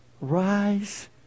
Rise